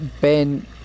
Ben